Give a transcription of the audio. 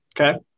Okay